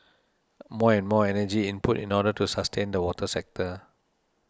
more and more energy input in order to sustain the water sector